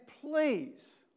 please